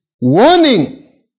warning